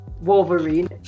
Wolverine